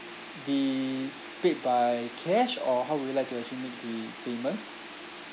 be paid by cash or how would you like to actually make the payment